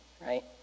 right